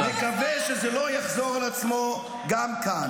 נקווה שזה לא יחזור על עצמו גם כאן.